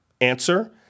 answer